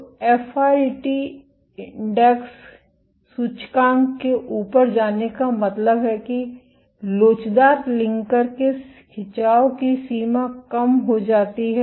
तो एफआरईटी सूचकांक के ऊपर जाने का मतलब है कि लोचदार लिंकर के खिंचाव की सीमा कम हो जाती है